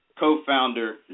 Co-Founder